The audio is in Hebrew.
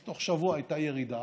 אז בתוך שבוע הייתה ירידה